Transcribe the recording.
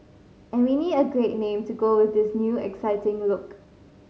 and we need a great name to go with this new exciting look